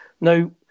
Now